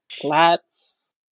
flats